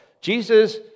Jesus